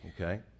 okay